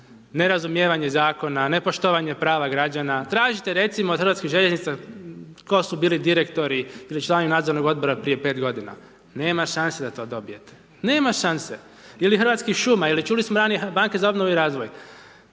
ne razumijevanje zakona ne poštovanje prava građana. Tražite recimo od Hrvatskih željeznica tko su bili direktori ili članovi nadzornog odbora prije 5 godina, nema šanse da to dobijete, nema šanse ili Hrvatskih šuma ili čuli smo ranije Banke za obnovu i razvoj,